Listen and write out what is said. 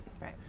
Right